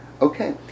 Okay